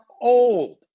old